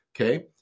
okay